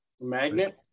Magnet